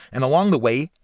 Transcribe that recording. and along the way,